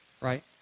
right